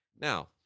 Now